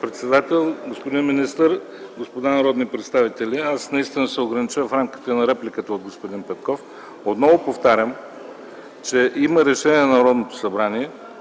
председател, господин министър, господа народни представители! Аз наистина ще се огранича в рамките на репликата от господин Петков. Отново повтарям, че има решение на Народното събрание.